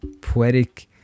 poetic